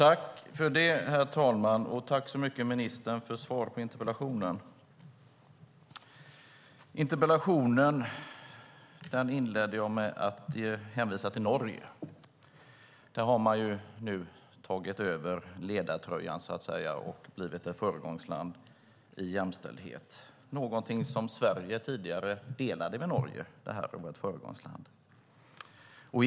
Herr talman! Tack så mycket, ministern, för svaret på interpellationen! Jag inledde min interpellation med att hänvisa till Norge. Norge har tagit över ledartröjan och blivit ett föregångsland i jämställdhet. Tidigare delade Sverige detta med att vara ett föregångsland med Norge.